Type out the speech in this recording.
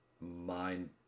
mind